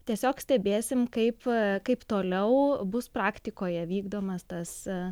tiesiog stebėsim kaip kaip toliau bus praktikoje vykdomas tas